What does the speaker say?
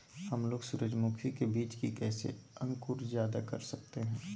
हमलोग सूरजमुखी के बिज की कैसे अंकुर जायदा कर सकते हैं?